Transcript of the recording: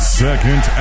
second